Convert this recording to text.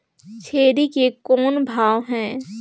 छेरी के कौन भाव हे?